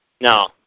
No